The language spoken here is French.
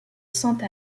sainte